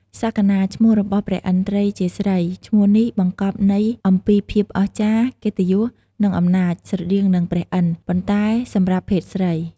សក្កណា ឈ្មោះរបស់ព្រះឥន្ទ្រិយ៍ជាស្រី ឈ្មោះនេះបង្កប់ន័យអំពីភាពអស្ចារ្យ កិត្តិយស និងអំណាច ស្រដៀងនឹងព្រះឥន្ទ្រ ប៉ុន្តែសម្រាប់ភេទស្រី។